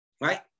Right